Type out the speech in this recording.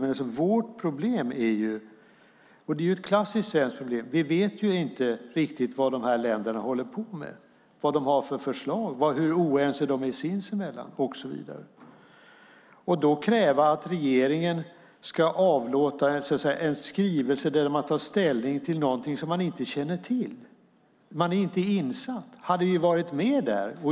Men vårt problem - och det är ett klassiskt svenskt problem - är att vi inte riktigt vet vad dessa länder håller på med, vad de har för förslag, hur oense de är sinsemellan och så vidare. Man kan inte kräva att regeringen ska avlåta en skrivelse där den tar ställning till någonting den inte känner till och inte är insatt i.